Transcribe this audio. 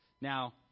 now